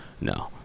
No